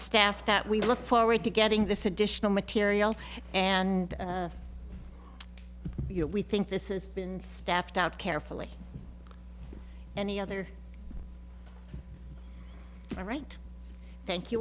staff that we look forward to getting this additional material and you know we think this has been stepped out carefully and the other right thank you